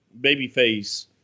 babyface